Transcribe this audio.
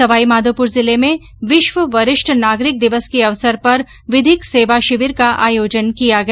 सवाईमाधोपुर जिले में विश्व वरिष्ठ नागरिक दिवस के अवसर पर विधिक सेवा शिविर का आयोजन किया गया